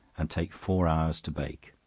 and take four hours to bake.